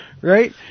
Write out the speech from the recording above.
right